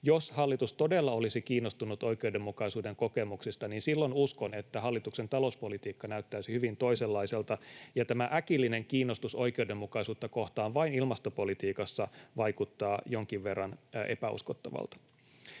Jos hallitus todella olisi kiinnostunut oikeudenmukaisuuden kokemuksesta, uskon, että silloin hallituksen talouspolitiikka näyttäisi hyvin toisenlaiselta, ja tämä äkillinen kiinnostus oikeudenmukaisuutta kohtaan vain ilmastopolitiikassa vaikuttaa jonkin verran epäuskottavalta.